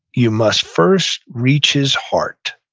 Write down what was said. you must first reach his heart,